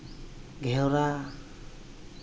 ᱜᱷᱮᱣᱲᱟ